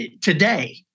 today